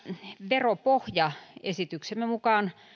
veropohja esityksemme mukaan